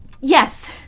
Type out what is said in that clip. Yes